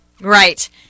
Right